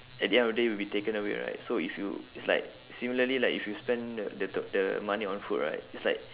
at the end of the day will be taken away right so if you it's like similarly like if you spend the the the the money on food right it's like